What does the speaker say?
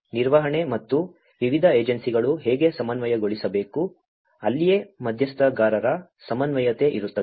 ನಿರ್ವಹಣೆ ಮತ್ತು ವಿವಿಧ ಏಜೆನ್ಸಿಗಳು ಹೇಗೆ ಸಮನ್ವಯಗೊಳಿಸಬೇಕು ಅಲ್ಲಿಯೇ ಮಧ್ಯಸ್ಥಗಾರರ ಸಮನ್ವಯತೆ ಇರುತ್ತದೆ